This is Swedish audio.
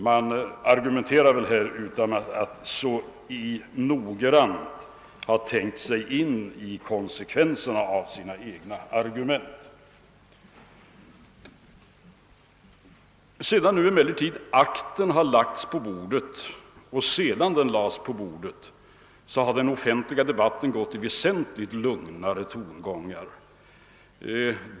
Man argumenterar väl i detta avseende utan att riktigt noga ha tänkt sig in i konsekvenserna av sina argument. Sedan akten lades på bordet har den offentliga debatten kännetecknats av väsentligt lugnare tongångar.